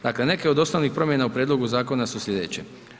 Dakle, neke od osnovnih promjena u prijedlogu zakona su sljedeće.